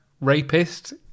rapist